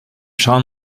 sean